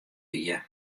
wie